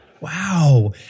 Wow